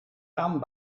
aan